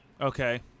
Okay